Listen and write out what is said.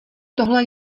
tohle